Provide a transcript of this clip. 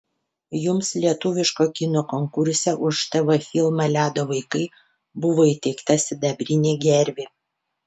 jums lietuviško kino konkurse už tv filmą ledo vaikai buvo įteikta sidabrinė gervė